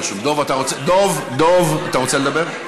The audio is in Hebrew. דב, אתה רוצה לדבר?